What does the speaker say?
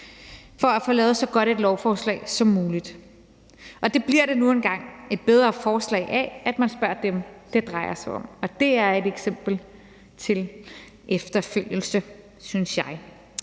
for at få lavet så godt et lovforslag som muligt. Det bliver nu engang et bedre forslag af, at man spørger dem, det drejer sig om, og det er et eksempel til efterfølgelse, synes jeg.